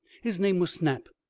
his name was snap.